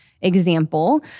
Example